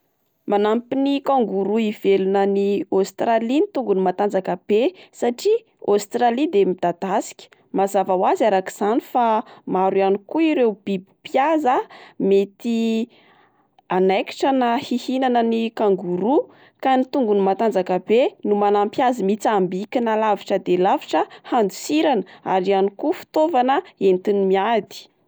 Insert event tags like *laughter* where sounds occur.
Manampy ny kangoroa ivelona any Aostralia ny tongony matanjaka be satria Aostralia de midadasika, mazava ho azy arak'izany fa maro ihany koa ireo biby mpihaza mety *hesitation* anaikitra na hihinana ny kangoroa ka ny tongony matanjaka be no manampy azy mitsambikina alavitra de lavitra hadosirana ary ihany koa fitaovana oetina miady.